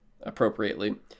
appropriately